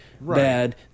bad